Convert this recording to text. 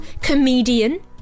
comedian